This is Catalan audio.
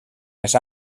més